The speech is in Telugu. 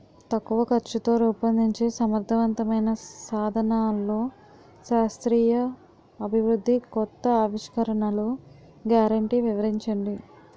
తక్కువ ఖర్చుతో రూపొందించే సమర్థవంతమైన సాధనాల్లో శాస్త్రీయ అభివృద్ధి కొత్త ఆవిష్కరణలు గ్యారంటీ వివరించండి?